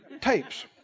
Tapes